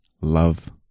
love